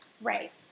Right